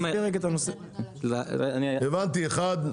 הבנתי אחד,